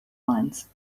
lines